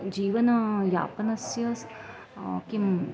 जीवनयापनस्य किम्